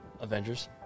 Avengers